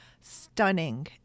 stunning